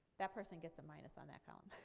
that person gets a minus on that column.